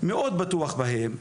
מאוד בטוח בהם.